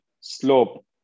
slope